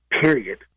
Period